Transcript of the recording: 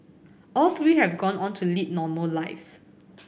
all three have gone on to lead normal lives